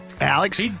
Alex